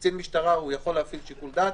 קצין משטרה יכול להפעיל שיקול דעת,